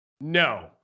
No